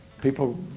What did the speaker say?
People